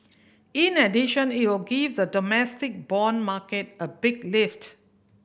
in addition it will give the domestic bond market a big lift